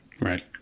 Right